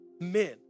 Men